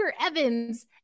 Evans